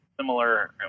similar